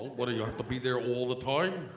what? do you have to be there all the time?